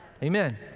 Amen